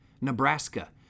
Nebraska